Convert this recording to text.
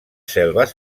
selves